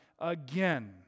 again